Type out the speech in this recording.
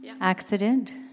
accident